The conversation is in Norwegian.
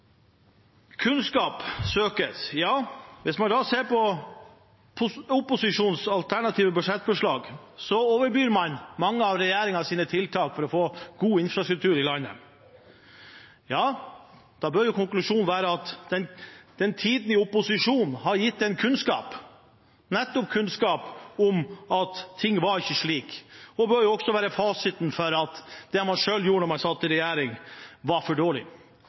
Kunnskap søkes. Hvis man ser på opposisjonens alternative budsjettforslag, overbyr man mange av regjeringens tiltak for å få god infrastruktur i landet. Da bør konklusjonen være at tiden i opposisjon har gitt en kunnskap, nettopp kunnskap om at ting ikke var slik. Det bør også være fasiten for at det man selv gjorde da man satt i regjering, var for dårlig.